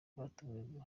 batubwiye